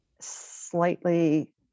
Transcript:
slightly